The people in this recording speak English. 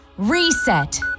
Reset